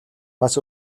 бас